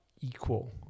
equal